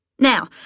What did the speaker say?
Now